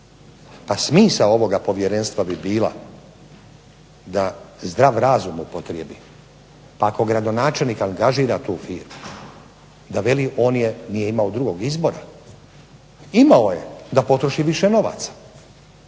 a smisao ovoga povjerenstva bi bila da zdrav razum upotrijebi, pa ako gradonačelnik angažira tu firmu, da veli on je, nije imao drugog izbora. Imao je, da potroši više novaca,